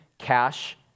cash